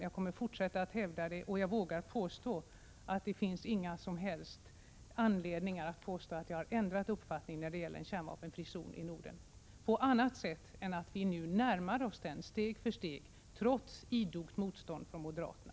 Jag kommer att fortsätta att hävda den, och jag vågar påstå att det inte finns någon som helst anledning att säga att jag ändrat uppfattning när det gäller en kärnvapenfri zon i Norden på annat sätt än att jag hävdar att vi nu närmar oss den steg för steg, trots idogt motstånd från moderaterna.